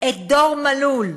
את דור מלול,